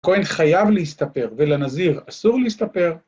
‫כהן חייב להסתפר ‫ולנזיר אסור להסתפר.